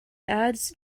ads